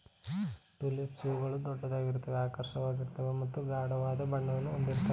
tulips ಹೂಗಳು ದೊಡ್ಡದಾಗಿರುತ್ವೆ ಆಕರ್ಷಕವಾಗಿರ್ತವೆ ಮತ್ತು ಗಾಢವಾದ ಬಣ್ಣವನ್ನು ಹೊಂದಿರುತ್ವೆ